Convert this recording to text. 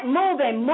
moving